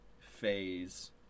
phase